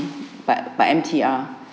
by by M_T_R